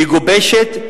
מגובשת,